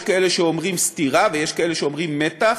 יש כאלה שאומרים "סתירה" ויש כאלה שאומרים "מתח"